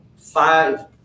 five